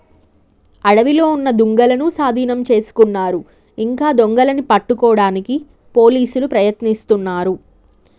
అడవిలో ఉన్న దుంగలనూ సాధీనం చేసుకున్నారు ఇంకా దొంగలని పట్టుకోడానికి పోలీసులు ప్రయత్నిస్తున్నారు